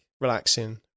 relaxing